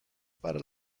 para